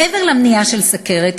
מעבר למניעה של סוכרת,